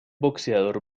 boxeador